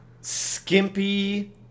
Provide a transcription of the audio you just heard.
skimpy